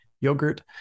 yogurt